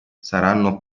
saranno